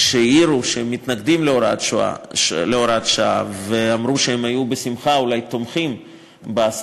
כשהעירו שהם מתנגדים להוראת שעה ואמרו שאולי הם היו תומכים בשמחה